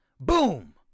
Boom